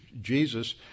Jesus